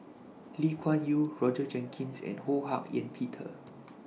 Lee Kuan Yew Roger Jenkins and Ho Hak Ean Peter